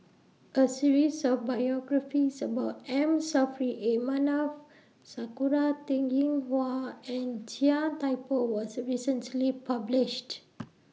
A series of biographies about M Saffri A Manaf Sakura Teng Ying Hua and Chia Thye Poh was recently published